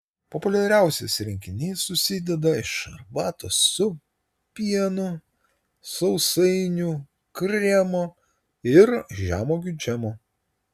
populiariausias rinkinys susideda iš arbatos su pienu sausainių kremo ir žemuogių džemo